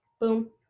Boom